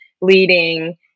leading